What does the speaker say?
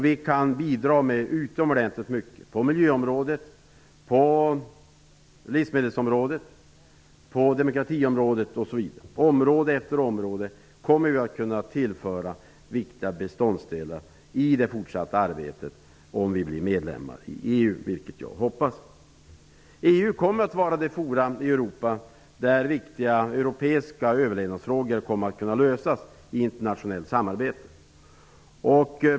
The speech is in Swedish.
Vi kan bidra till utomordentligt mycket -- på miljöområdet, livsmedelsområdet, demokratiområdet osv. På område efter område kommer vi att kunna tillföra viktiga beståndsdelar i det fortsatta arbetet, om vi blir medlemmar i EU, vilket jag hoppas. EU kommer att vara det forum i Europa där viktiga europeiska överlevnadsfrågor kommer att kunna lösas i ett internationellt samarbete.